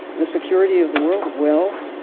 the security of the world? well?